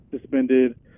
suspended